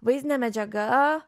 vaizdinė medžiaga